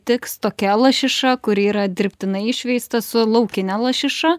tiks tokia lašiša kuri yra dirbtinai išveista su laukine lašiša